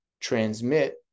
transmit